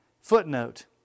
Footnote